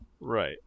Right